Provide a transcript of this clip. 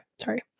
sorry